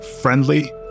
friendly